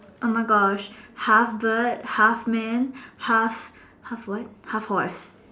oh my Gosh half bird half man half half what half horse